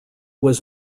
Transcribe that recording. was